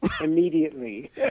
Immediately